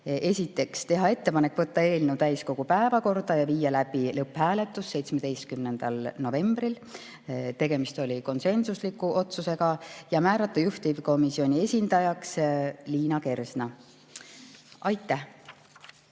Esiteks, teha ettepanek võtta eelnõu täiskogu päevakorda ja viia läbi lõpphääletus 17. novembril – tegemist oli konsensusliku otsusega – ja määrata juhtivkomisjoni esindajaks Liina Kersna. Aitäh!